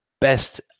best